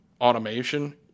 automation